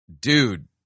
dude